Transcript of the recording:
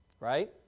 Right